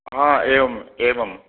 एवम् एवम्